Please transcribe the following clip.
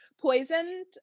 Poisoned